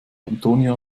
antonia